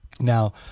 Now